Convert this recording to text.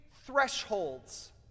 thresholds